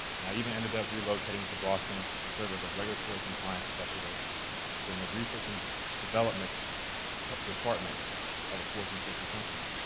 and i even ended up relocating to boston to serve as a regulatory compliance specialist within the research and development department of a fortune fifty company.